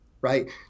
right